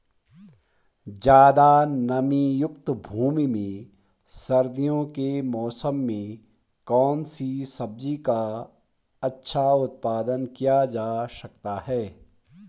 ज़्यादा नमीयुक्त भूमि में सर्दियों के मौसम में कौन सी सब्जी का अच्छा उत्पादन किया जा सकता है?